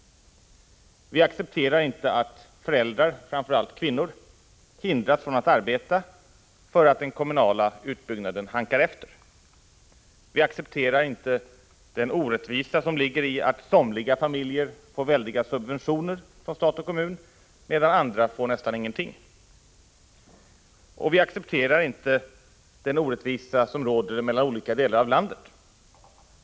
Vi accepterar inte att föräldrar, framför allt kvinnor, hindras från att arbeta för att den kommunala utbyggnaden hankar efter. Vi accepterar inte den orättvisa som ligger i att somliga familjer får väldiga subventioner från stat och kommun medan andra får nästan ingenting. Vi accepterar inte den orättvisa som råder mellan olika delar av landet.